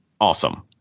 awesome